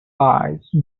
ice